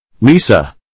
Lisa